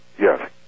Yes